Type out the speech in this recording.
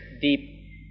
deep